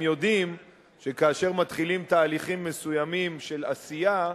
הם יודעים שכאשר מתחילים תהליכים מסוימים של עשייה,